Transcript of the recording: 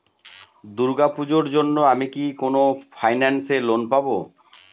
দূর্গা পূজোর জন্য আমি কি কোন ফাইন্যান্স এ লোন পাবো?